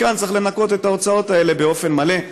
מכאן צריך לנכות את ההוצאות האלה באופן מלא.